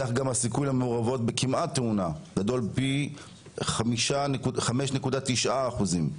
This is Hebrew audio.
כך גם הסיכוי למעורבות בכמעט תאונה גדול פי 5.9 אחוזים.